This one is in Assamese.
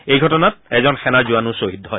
এই ঘটনাত এজন সেনাৰ জোৱানো ছহিদ হয়